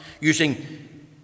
using